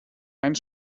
einen